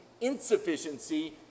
insufficiency